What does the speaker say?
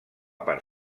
part